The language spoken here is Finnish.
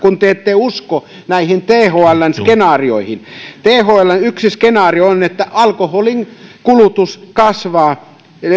kun te ette usko näihin thln skenaarioihin yksi thln skenaario on että alkoholin kulutus